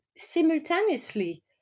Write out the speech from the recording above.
simultaneously